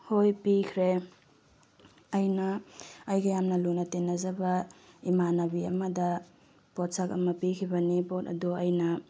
ꯍꯣꯏ ꯄꯤꯈ꯭ꯔꯦ ꯑꯩꯅ ꯑꯩꯒ ꯌꯥꯝꯅ ꯂꯨꯅ ꯇꯤꯟꯅꯖꯕ ꯏꯃꯥꯟꯅꯕꯤ ꯑꯃꯗ ꯄꯣꯠꯁꯛ ꯑꯃ ꯄꯤꯈꯤꯕꯅꯤ ꯞꯣꯠ ꯑꯗꯨ ꯑꯩꯅ